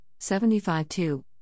75-2